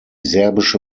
serbische